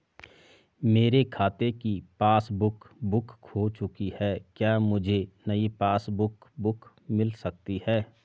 मेरे खाते की पासबुक बुक खो चुकी है क्या मुझे नयी पासबुक बुक मिल सकती है?